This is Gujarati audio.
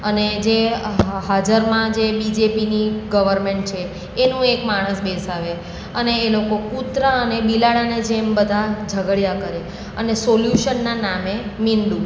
અને જે હા હા હાજરમાં જે બીજેપીની ગવર્મેન્ટ છે એનું એક માણસ બેસાડે અને એ લોકો કુતરા અને બિલાડાના જેમ બધા ઝગડ્યા કરે અને સોલ્યુશનના નામે મીંડું